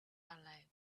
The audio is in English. alive